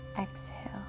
Exhale